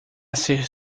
ser